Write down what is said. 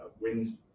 wins